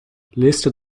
liste